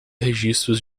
registros